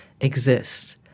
exist